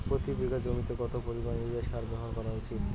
প্রতি বিঘা জমিতে কত পরিমাণ ইউরিয়া সার ব্যবহার করা উচিৎ?